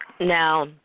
now